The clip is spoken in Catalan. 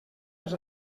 els